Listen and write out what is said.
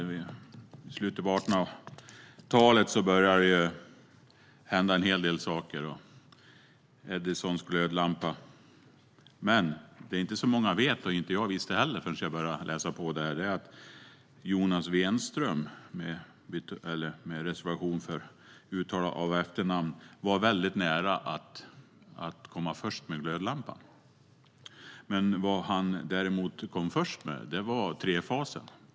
I slutet av 1800-talet började det hända en hel del saker, till exempel Edisons glödlampa. Men vad inte så många vet - inte jag heller förrän jag började läsa på - är att Jonas Wenström, med reservation för uttalet av efternamnet, var nära att komma först med glödlampan. Vad han däremot kom först med var trefasen.